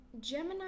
Gemini